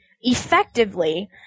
effectively